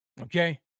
Okay